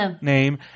name